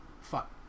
fuck